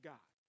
God